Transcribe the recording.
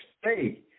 Stay